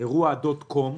אירוע "Dot.com"